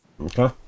Okay